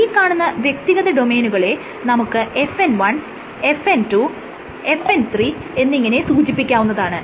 ഈ കാണുന്ന വ്യക്തിഗത ഡൊമെയ്നുകളെ നമുക്ക് FN I FN II FN III എന്നിങ്ങനെ സൂചിപ്പിക്കാവുന്നതാണ്